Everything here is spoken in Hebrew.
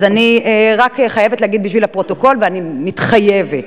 אני רק חייבת להגיד בשביל הפרוטוקול שאני מתחייבת,